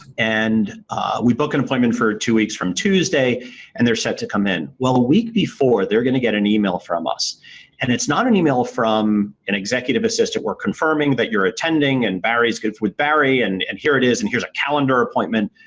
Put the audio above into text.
and we book an appointment for two weeks from tuesday and they're set to come in. well, a week before, they're going to get an email from us and it's not an email from an executive assistant, we're confirming that you're attending and barry's good, with barry and and here it is and here's a calendar appointment,